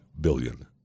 billion